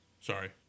Sorry